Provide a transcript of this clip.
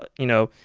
ah you know,